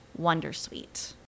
Wondersuite